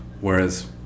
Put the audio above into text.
whereas